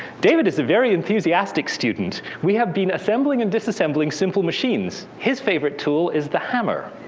david is a very enthusiastic student. we have been assembling and disassembling simple machines. his favorite tool is the hammer.